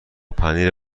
پنیر